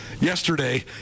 yesterday